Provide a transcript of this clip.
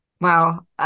Wow